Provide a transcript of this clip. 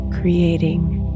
creating